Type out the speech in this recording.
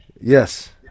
Yes